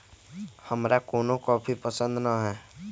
हमरा कोनो कॉफी पसंदे न हए